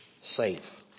safe